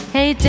Hey